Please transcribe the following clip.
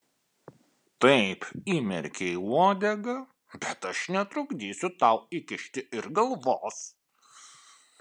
taip įmerkei uodegą bet aš netrukdysiu tau įkišti ir galvos